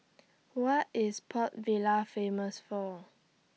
What IS Port Vila Famous For